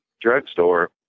drugstore